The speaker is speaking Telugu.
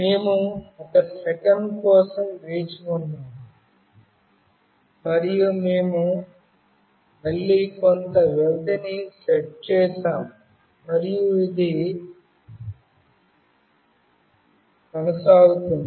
మేము 1 సెకను కోసం వేచి ఉన్నాము మరియు మేము మళ్ళీ కొంత వ్యవధిని సెట్ చేసాము మరియు ఇది కొనసాగుతుంది